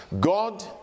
God